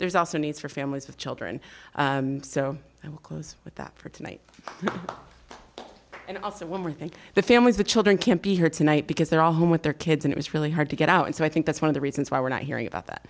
there's also needs for families with children so i will close with that for tonight and also when we think the families the children can't be here tonight because they're all home with their kids and it's really hard to get out and so i think that's one of the reasons why we're not hearing about that